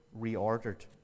reordered